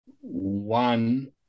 one